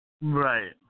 Right